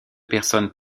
personnes